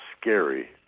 scary